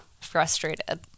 frustrated